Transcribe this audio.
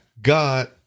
God